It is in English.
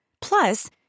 Plus